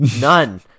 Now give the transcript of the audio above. None